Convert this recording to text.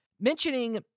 Mentioning